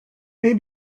may